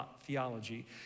theology